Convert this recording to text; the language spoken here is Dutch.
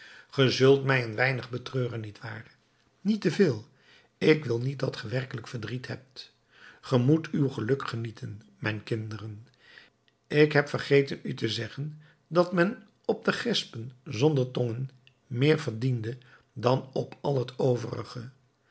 ge zult mij een weinig betreuren niet waar niet te veel ik wil niet dat ge werkelijk verdriet hebt ge moet uw geluk genieten mijn kinderen ik heb vergeten u te zeggen dat men op de gespen zonder tongen meer verdiende dan op al het overige